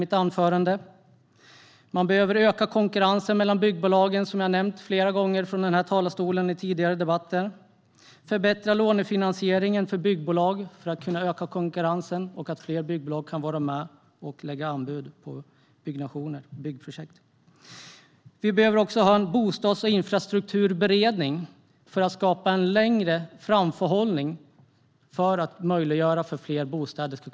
Man behöver öka konkurrensen mellan byggbolagen, som jag har nämnt flera gånger från den här talarstolen i tidigare debatter. Man behöver förbättra lånefinansieringen för byggbolag för att kunna öka konkurrensen och för att fler byggbolag ska kunna vara med och lägga anbud på byggprojekt. Vi behöver ha en bostads och infrastrukturberedning för att skapa en längre framförhållning för att möjliggöra att fler bostäder byggs.